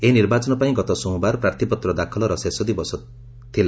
ଏହି ନିର୍ବାଚନ ପାଇଁ ଗତ ସୋମବାର ପ୍ରାର୍ଥୀପତ୍ର ଦାଖଲର ଶେଷ ଦିବସ ଥିଲା